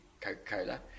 coca-cola